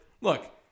look